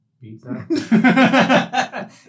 Pizza